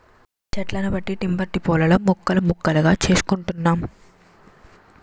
చెట్లను బట్టి టింబర్ డిపోలలో ముక్కలు ముక్కలుగా చేసుకుంటున్నారు